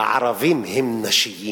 "הערבים הם נשיים".